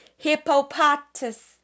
Hippopotamus